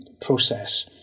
process